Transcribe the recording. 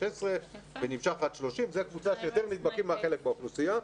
16 ונמשך עד 30. זה קבוצה שיותר נדבקים מהחלק באוכלוסייה.